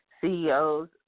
CEOs